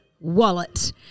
wallet